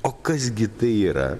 o kas gi tai yra